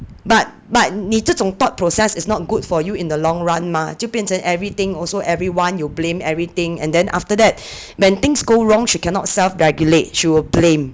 but but 你这种 thought process is not good for you in the long run mah 就变成 everything also everyone you blame everything and then after that when things go wrong she cannot self regulate she will blame